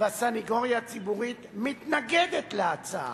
והסניגוריה הציבורית מתנגדת להצעה.